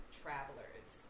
travelers